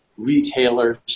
retailers